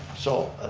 so